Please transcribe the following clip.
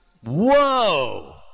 Whoa